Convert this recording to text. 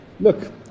Look